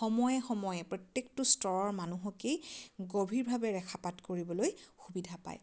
সময়ে সময়ে প্ৰত্যেকটো স্তৰৰ মানুহকেই গভীৰভাৱে ৰেখাপাত কৰিবলৈ সুবিধা পায়